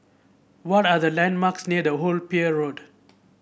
what are the landmarks near The Old Pier Road